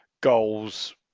goals